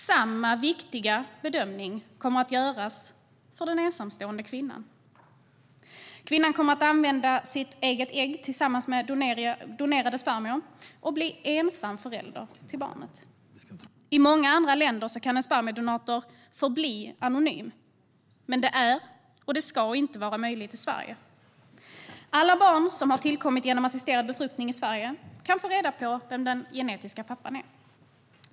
Samma viktiga bedömning kommer att göras för den ensamstående kvinnan. Kvinnan kommer att använda sitt eget ägg tillsammans med donerade spermier och bli ensam förälder till barnet. I många andra länder kan en spermiedonator förbli anonym, men det är och ska inte vara möjligt i Sverige. Alla barn som har tillkommit genom assisterad befruktning i Sverige kan få reda på vem den genetiska pappan är.